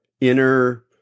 inner